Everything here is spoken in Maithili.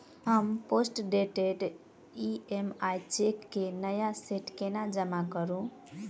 हम पोस्टडेटेड ई.एम.आई चेक केँ नया सेट केना जमा करू?